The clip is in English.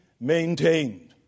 maintained